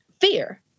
fear